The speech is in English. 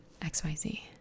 XYZ